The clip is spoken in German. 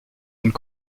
und